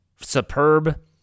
superb